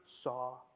saw